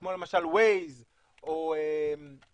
כמו למשל ווייז או וולט?